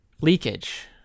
leakage